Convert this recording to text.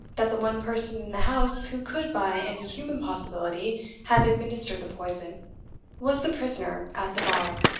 that the one person in the house who could by any human possibility have administered the poison was the prisoner at the bar.